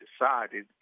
decided